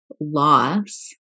loss